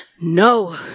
No